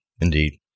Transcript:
indeed